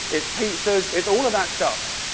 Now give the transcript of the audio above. it's pizzas, it's all of that stuff.